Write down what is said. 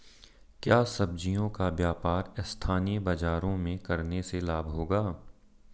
क्या सब्ज़ियों का व्यापार स्थानीय बाज़ारों में करने से लाभ होगा?